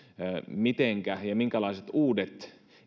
mitenkä ja minkälaiset uudet